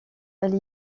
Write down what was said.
elle